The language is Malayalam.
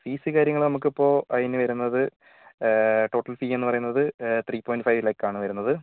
ഫീസ് കാര്യങ്ങൾ നമ്മൾക്ക് ഇപ്പോൾ അതിന് വരുന്നത് ടോട്ടൽ ഫീ എന്നു പറയുന്നത് ത്രീ പോയിൻ്റ് ഫൈവ് ലാഖ് ആണ് വരുന്നത്